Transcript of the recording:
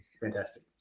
fantastic